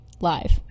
live